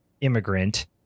immigrant